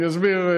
אני אסביר,